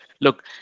look